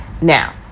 Now